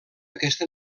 aquesta